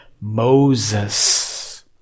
Moses